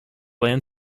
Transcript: land